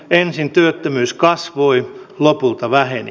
ensin työttömyys kasvoi lopulta väheni